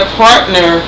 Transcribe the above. partner